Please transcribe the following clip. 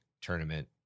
tournament